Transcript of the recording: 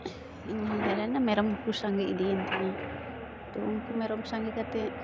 ᱤᱧ ᱦᱟᱨᱟᱭᱱᱟ ᱢᱮᱨᱚᱢ ᱦᱚᱸᱠᱚ ᱥᱟᱸᱜᱮ ᱤᱫᱤᱮᱱᱛᱤᱧᱟᱹ ᱛᱳ ᱩᱱᱠᱩ ᱢᱮᱨᱚᱢ ᱥᱟᱸᱜᱮ ᱠᱟᱛᱮᱫ